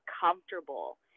comfortable